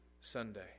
sunday